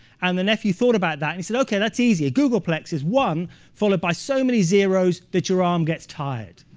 and the nephew thought about that, and he said, ok, that's easy. a googolplex is one followed by so many zero s that your arm gets tired.